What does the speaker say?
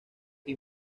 que